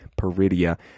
Peridia